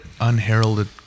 unheralded